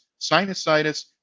sinusitis